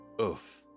oof